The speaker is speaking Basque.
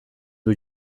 dut